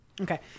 okay